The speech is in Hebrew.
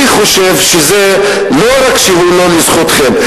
אני חושב שזה לא רק לא לזכותכם,